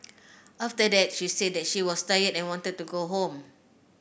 after that she said that she was tired and wanted to go home